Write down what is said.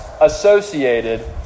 associated